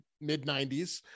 mid-90s